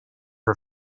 her